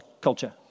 culture